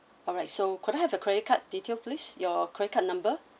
alright so could I have your credit card details please your credit card number